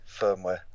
firmware